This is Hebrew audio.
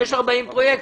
יש 40 פרויקטים,